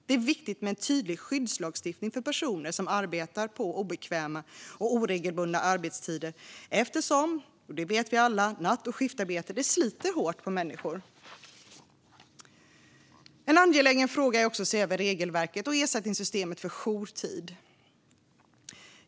Det är viktigt med en tydlig skyddslagstiftning för personer som arbetar på obekväma och oregelbundna arbetstider, eftersom natt och skiftarbete sliter hårt på människor. Det vet vi alla. En angelägen fråga är också att se över regelverket och ersättningssystemet för jourtid.